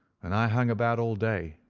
and i hung about all day,